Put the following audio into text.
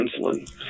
insulin